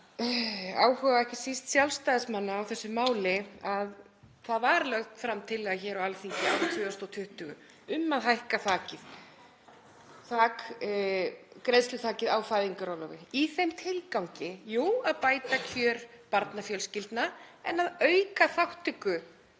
áhuga ekki síst Sjálfstæðismanna á þessu máli, að það var lögð fram tillaga hér á Alþingi árið 2020 um að hækka greiðsluþakið á fæðingarorlofi í þeim tilgangi að bæta kjör barnafjölskyldna og auka þátttöku